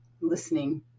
listening